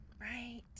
right